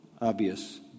obvious